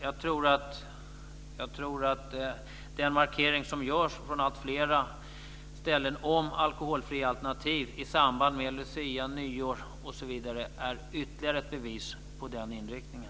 Jag tror att den markering som görs på alltfler ställen om alkoholfria alternativ i samband med lucia, nyår osv. är ytterligare ett bevis för den inriktningen.